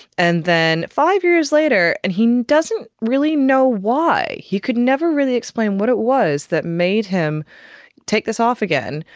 and then five years later, and he doesn't really know why, he could never really explain what it was that made him take this off again,